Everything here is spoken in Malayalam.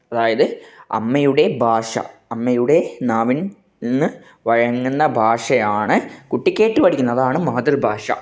അതായത് അമ്മയുടെ ഭാഷ അമ്മയുടെ നാവിൻ നിന്ന് വഴങ്ങുന്ന ഭാഷയാണ് കുട്ടി കേട്ട് പഠിക്കുന്നത് അതാണ് മാതൃഭാഷ